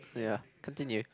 ya continue